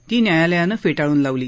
ती न्यायालयानं फेटाळून लावली